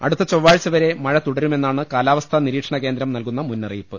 അടുത്ത ചൊവ്വാഴ്ച വരെ മഴ തുടരുമെന്നാണ് കാലാ വസ്ഥാ നിരീക്ഷണ കേന്ദ്രം നൽകുന്ന മുന്നറിയിപ്പ്